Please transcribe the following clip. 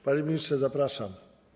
Panie ministrze, zapraszam.